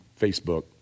Facebook